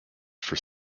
for